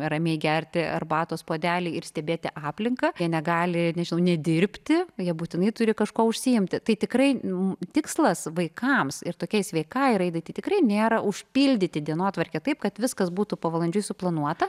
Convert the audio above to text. ramiai gerti arbatos puodelį ir stebėti aplinką jie negali nežinau nedirbti jie būtinai turi kažkuo užsiimti tai tikrai tikslas vaikams ir tokiai sveikai raidai tikrai nėra užpildyti dienotvarkę taip kad viskas būtų pavalandžiui suplanuota